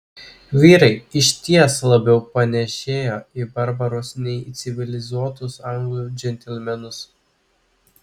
vyrai išties labiau panėšėjo į barbarus nei į civilizuotus anglų džentelmenus